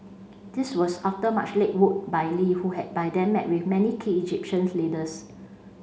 this was after much legwork by Lee who had by then met with many key Egyptian leaders